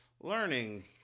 learning